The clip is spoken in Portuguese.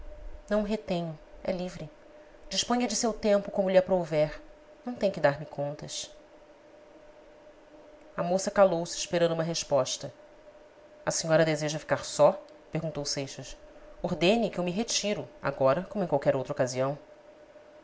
o retenho é livre disponha de seu tempo como lhe aprouver não tem que dar-me contas a moça calou-se esperando uma resposta a senhora deseja ficar só perguntou seixas ordene que eu me retiro agora como em qualquer outra ocasião